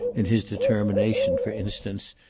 in his determination, for instance,